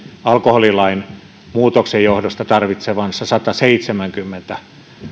alkoholilain muutoksen johdosta tarvitsevansa sataseitsemänkymmentä